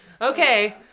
Okay